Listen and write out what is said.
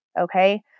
okay